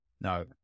No